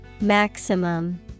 Maximum